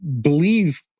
believe